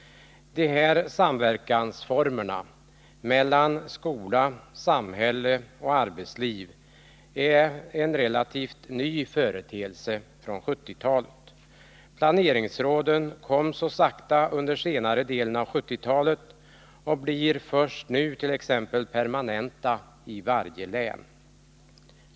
De här formerna för samverkan mellan skola, samhälle och arbetsliv är en relativt ny företeelse under 1970-talet. Planeringsråden kom så sakta under senare delen av 1970-talet och blir först nu permanenta i varje län.